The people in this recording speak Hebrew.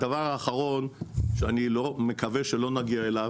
הדבר האחרון שאני מקווה שלא נגיע אליו.